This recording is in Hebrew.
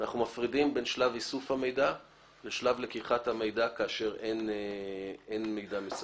אנחנו מפרידים בין שלב איסוף המידע לשלב שאין מידע מספק.